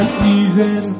season